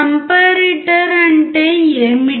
comparator అంటే ఏమిటి